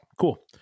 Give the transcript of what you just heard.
cool